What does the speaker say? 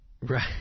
Right